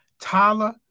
Tyler